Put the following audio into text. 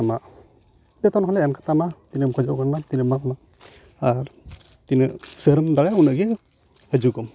ᱟᱢᱟᱜ ᱵᱮᱛᱚᱱ ᱦᱚᱸᱞᱮ ᱮᱢ ᱠᱟᱛᱟᱢᱟ ᱛᱤᱱᱟᱹᱜᱼᱮᱢ ᱠᱷᱚᱡᱚᱜ ᱠᱟᱱᱟ ᱵᱟᱝ ᱚᱱᱟ ᱟᱨ ᱛᱤᱱᱟᱹᱜ ᱩᱥᱟᱹᱨᱟᱢ ᱫᱟᱲᱮᱭᱟᱜᱼᱟ ᱩᱱᱟᱹᱜ ᱜᱮ ᱦᱤᱡᱩᱜᱚᱢ